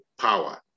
power